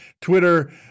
Twitter